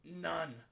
none